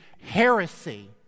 heresy